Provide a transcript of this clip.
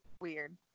weird